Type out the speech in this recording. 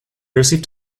received